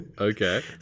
Okay